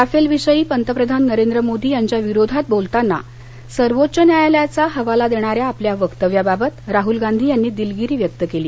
Rafale विषयात पंतप्रधान नरेंद्र मोदी यांच्याविरोधात बोलताना सर्वोच्च न्यायालयाचा हवाला देणाऱ्या आपल्या वक्तव्याबाबत राहुल गांधी यांनी दिलगिरी व्यक्त केली